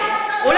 אשתוק.